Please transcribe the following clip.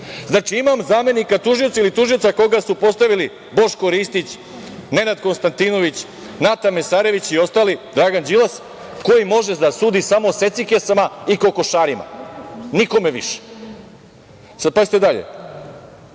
imam zamenika tužilaca ili tužioca koga su postavili Boško Ristić, Nenad Konstantinović, Nata Mesarević i ostali, Dragan Đilas, koji može da sudi samo secikesama i kokošarima, nikome više. Pazite dalje.